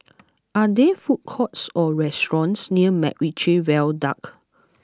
are there food courts or restaurants near MacRitchie Viaduct